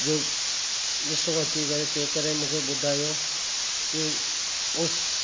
जो ॾिसो अची करे चैक करे मूंखे ॿुधायो कि उस